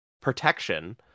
protection